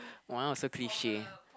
!wow! so cliche